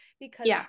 because-